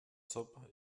zob